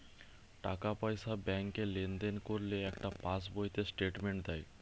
টাকা পয়সা ব্যাংকে লেনদেন করলে একটা পাশ বইতে স্টেটমেন্ট দেয়